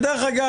דרך אגב,